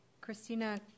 Christina